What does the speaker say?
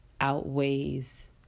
outweighs